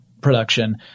production